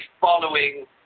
following